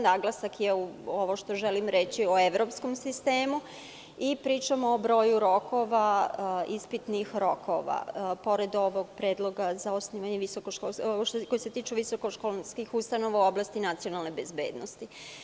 Naglasak je u ovome što želim reći – u evropskom sistemu i pričamo o broju rokova ispitnih pored ovog predloga za osnivanje koji se tiče visokoškolskih ustanova u oblasti nacionalne bezbednosti.